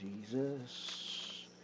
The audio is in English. Jesus